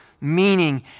meaning